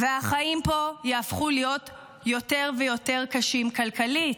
והחיים פה יהפכו להיות יותר ויותר קשים כלכלית.